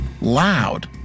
loud